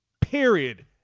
Period